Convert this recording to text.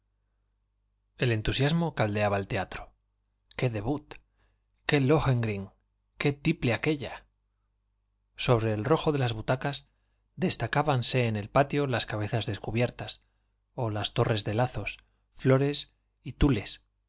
el entusiasmo caldeaba el teatro i qué debut qué lohengrin i qué tiple aquella sobre el de las butacas destacábanse en el rojo las cabezas descubiertas ó las torres de lazos patio flores y tules